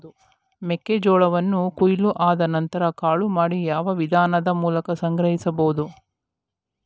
ಮೆಕ್ಕೆ ಜೋಳವನ್ನು ಕೊಯ್ಲು ಆದ ನಂತರ ಕಾಳು ಮಾಡಿ ಯಾವ ವಿಧಾನದ ಮೂಲಕ ಸಂಗ್ರಹಿಸಬಹುದು?